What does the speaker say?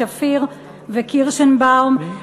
שפיר וקירשנבאום.